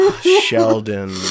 Sheldon